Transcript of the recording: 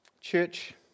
Church